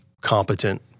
competent